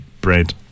bread